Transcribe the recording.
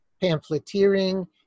pamphleteering